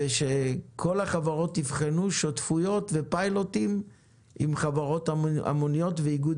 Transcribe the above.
ושכל החברות יבחנו שותפויות ופיילוטים עם חברות המוניות ועם איגוד